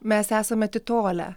mes esam atitolę